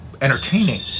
entertaining